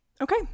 okay